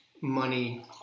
money